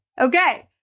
Okay